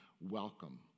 welcome